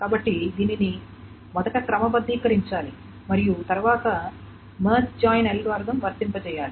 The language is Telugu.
కాబట్టి దీనిని మొదట క్రమబద్ధీకరించాలి మరియు తరువాత మెర్జ్ జాయిన్ అల్గోరిథం వర్తింపజేయాలి